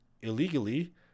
illegally